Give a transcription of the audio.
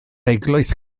eglwys